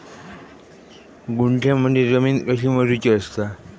गुंठयामध्ये जमीन कशी मोजूची असता?